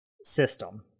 system